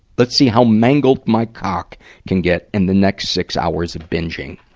let's see how mangled my cock can get in the next six hours of binging.